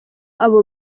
abo